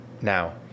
Now